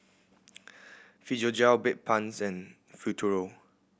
Physiogel Bedpans and Futuro